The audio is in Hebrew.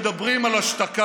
היום אתם מדברים על השתקה,